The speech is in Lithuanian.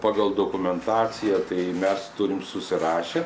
pagal dokumentaciją tai mes turim susirašę